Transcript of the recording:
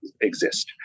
exist